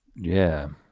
yeah.